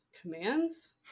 commands